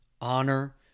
honor